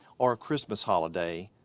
or a christmas holiday,